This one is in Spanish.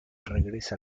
regresa